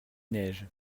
neige